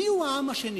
מיהו העם השני